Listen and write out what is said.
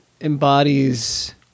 embodies